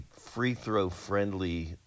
free-throw-friendly